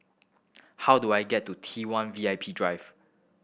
how do I get to T One V I P Drive